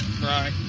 Right